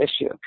issue